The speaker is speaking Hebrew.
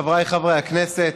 חבריי חברי הכנסת,